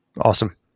Awesome